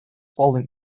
falling